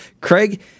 Craig